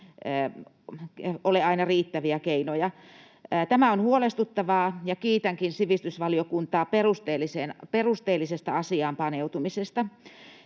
ole aina riittäviä keinoja. Tämä on huolestuttavaa, ja kiitänkin sivistysvaliokuntaa perusteellisesta asiaan paneutumisesta.